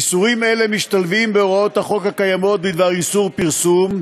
איסורים אלה משתלבים בהוראות החוק הקיימות בדבר איסורי פרסום,